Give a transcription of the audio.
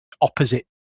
opposite